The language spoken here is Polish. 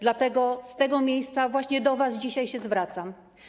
Dlatego z tego miejsca właśnie do was dzisiaj się zwracam.